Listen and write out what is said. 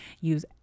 Use